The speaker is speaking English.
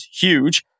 huge